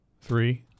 Three